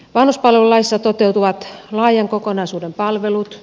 vanhuspalvelulaissa toteutuvat laajan kokonaisuuden palvelut